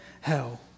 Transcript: hell